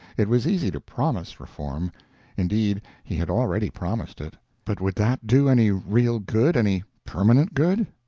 it was easy to promise reform indeed he had already promised it. but would that do any real good, any permanent good?